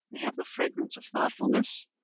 they have the fragrance of thoughtfulness,